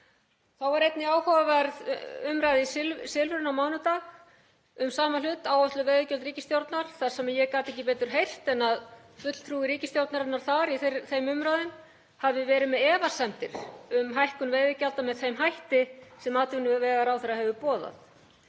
Þá var einnig áhugaverð umræða í Silfrinu á mánudag um sama hlut, áætluð veiðigjöld ríkisstjórnarinnar, þar sem ég gat ekki betur heyrt en að fulltrúi ríkisstjórnarinnar í þeim umræðum hafi verið með efasemdir um hækkun veiðigjalda með þeim hætti sem atvinnuvegaráðherra hefur boðað.